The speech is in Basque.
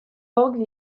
hauek